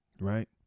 right